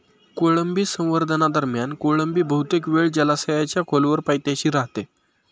कोळंबी संवर्धनादरम्यान कोळंबी बहुतेक वेळ जलाशयाच्या खोलवर पायथ्याशी राहते